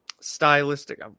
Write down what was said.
stylistic